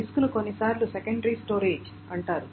డిస్క్ను కొన్నిసార్లు secondary storage అంటారు